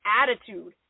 attitude